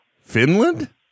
Finland